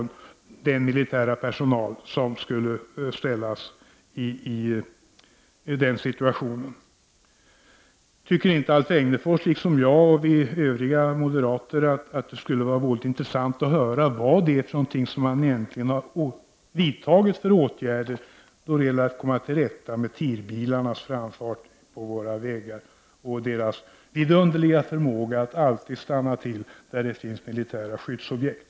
Den militära personal som skulle sättas in i den situationen har en helt annan bakgrund. Tycker inte Alf Egnerfors liksom jag och övriga moderater att det skulle vara intressant att höra vilka åtgärder som har vidtagits då det gäller att komma till rätta med TIR-bilarnas framfart på våra vägar och deras vidunderliga förmåga att alltid stanna till där det finns militära skyddsobjekt?